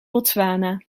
botswana